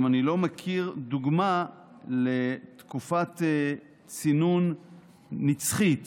אני גם לא מכיר דוגמה לתקופת צינון נצחית,